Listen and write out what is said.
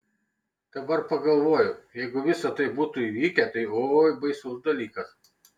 dabar pagalvoju jeigu visa tai būtų įvykę tai oi baisus dalykas